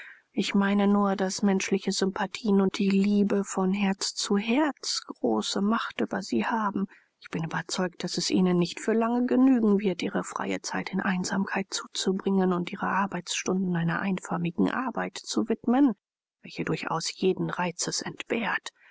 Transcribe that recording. ich meine nur daß menschliche sympathien und die liebe von herz zu herz große macht über sie haben ich bin überzeugt daß es ihnen nicht für lange genügen wird ihre freie zeit in einsamkeit zuzubringen und ihre arbeitsstunden einer einförmigen arbeit zu widmen welche durchaus jeden reizes entbehrt